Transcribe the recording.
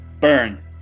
burn